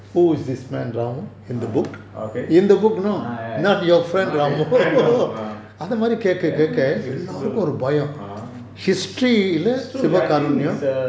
ah okay ah ya ya ya not your friend ramo ah it's true I think he is a